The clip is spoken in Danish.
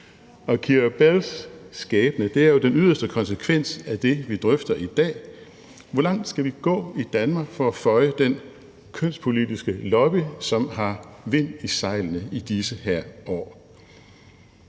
Keira Bells skæbne er jo den yderste konsekvens af det, vi drøfter i dag. Hvor langt skal vi gå i Danmark for at føje den kønspolitiske lobby, som har vind i sejlene i disse år?